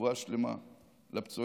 רפואה שלמה לפצועים.